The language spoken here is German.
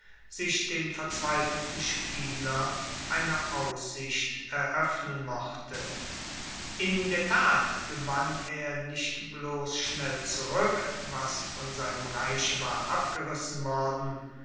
sich dem verzweifelten spieler eine aussicht eroeffnen mochte in der tat gewann er nicht bloss schnell zurueck was von seinem reiche war abgerissen worden